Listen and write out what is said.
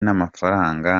n’amafaranga